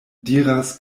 diras